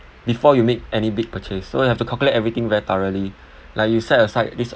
before you make any big purchase so you have to calculate everything very thoroughly like you set aside this